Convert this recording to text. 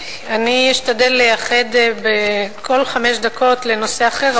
אני אשתדל לייחד כל חמש דקות לנושא אחר,